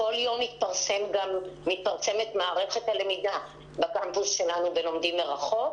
בכל יום מתפרסמת מערכת הלמידה בקמפוס שלנו ב"לומדים מרחוק",